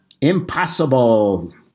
impossible